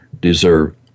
deserve